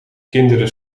kinderen